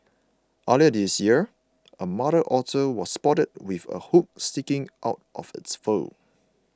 earlier this year a mother otter was also spotted with a hook sticking out of its fur